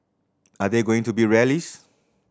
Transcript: are there going to be rallies